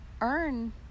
earn